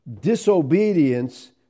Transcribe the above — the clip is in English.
disobedience